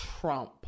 Trump